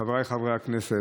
חבריי חברי הכנסת,